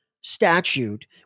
statute